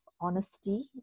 honesty